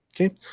Okay